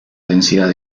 densidad